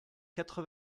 quatre